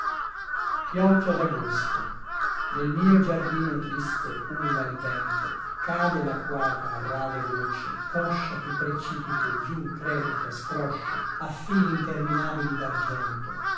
pioggia dagosto nel mio giardino triste ulula il vento cade lacquata a rade goccie poscia più precipiti giù crepita scroscia a fili interminabili dargento